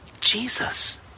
Jesus